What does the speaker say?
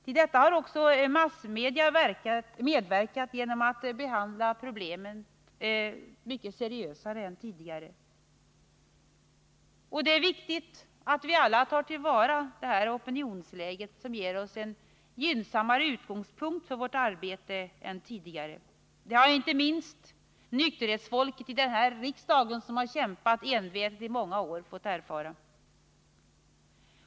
Till detta har också massmedia medverkat genom att behandla problemen mycket seriösare än tidigare. Det är viktigt att vi alla tar till vara det här opinionsläget, som ger oss en gynnsammare utgångspunkt för vårt arbete än tidigare. Det har inte minst nykterhetsfolket iden här riksdagen, som kämpat envetet i många år, fått erfara.